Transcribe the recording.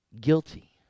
Guilty